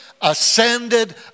ascended